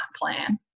plan